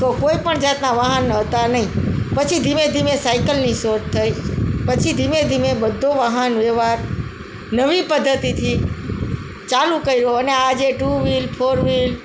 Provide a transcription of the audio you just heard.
તો કોઈ પણ જાતના વાહનો હતા નહીં પછી ધીમે ધીમે સાઈકલની શોધ થઈ પછી ધીમે ધીમે બધો વાહન વ્યવહાર નવી પદ્ધતિથી ચાલુ કર્યો અને આજે ટુ વ્હિલ ફોર વ્હિલ